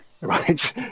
right